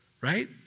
Right